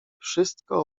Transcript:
wszystko